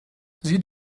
sieh